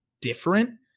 different